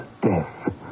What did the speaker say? death